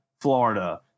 Florida